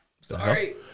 Sorry